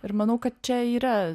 ir manau kad čia yra